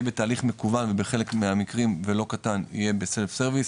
בתהליך מקוון בחלק מהמקרים ולא קטן יהיה ב-self service,